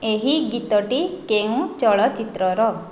ଏହି ଗୀତଟି କେଉଁ ଚଳଚ୍ଚିତ୍ରର